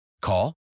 Call